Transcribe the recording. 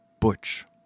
Butch